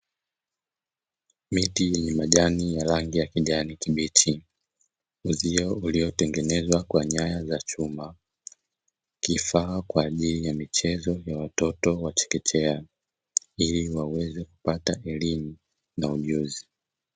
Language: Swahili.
Miti yenye majani ya rangi ya kijani kibichi, uzio uliotengenezwa kwa nyaya za chuma , kifaa kwa ajili ya michezo ya watoto wa chekechea, ili waweze kupata elimu na ujuzi .